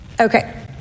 Okay